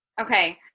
Okay